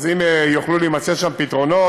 אז אם יוכלו להימצא שם פתרונות,